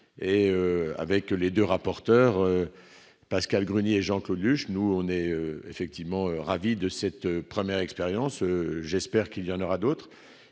et avec les 2 rapporteurs Pascale Grenier Jean-Claude Luche, nous on est effectivement ravis de cette première expérience, j'espère qu'il y en aura d'autres